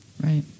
Right